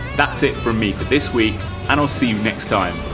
that's it from me for this week and i'll see you next time!